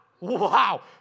Wow